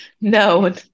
No